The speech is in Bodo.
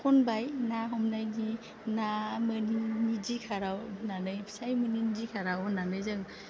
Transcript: खनबाय ना हमनायनि ना मोनैनि दिखाराव होन्नानै फिसाइ मोनैनि दिखाराव होन्नानै जों